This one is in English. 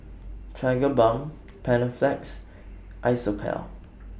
Tigerbalm Panaflex Isocal